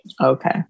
Okay